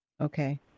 okay